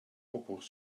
couples